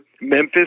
Memphis